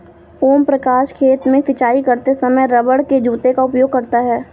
ओम प्रकाश खेत में सिंचाई करते समय रबड़ के जूते का उपयोग करता है